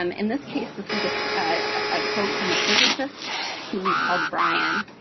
um in this case, this was ah a quote from a physicist who we called brian.